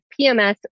PMS